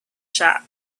shop